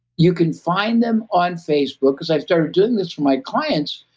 you can find them on facebook, because i've started doing this for my clients,